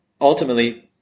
ultimately